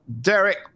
Derek